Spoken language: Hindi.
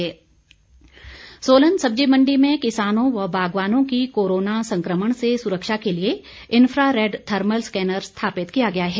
स्कैनर सोलन सब्जी मण्डी में किसानों व बागवानों की कोरोना संक्रमण से सुरक्षा के लिए इन्फ्रारेड थर्मल स्कैनर स्थापित किया गया है